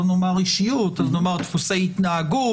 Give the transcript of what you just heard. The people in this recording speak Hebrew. לא נאמר "אישיות" אז נאמר "סעיפי התנהגות",